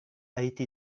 été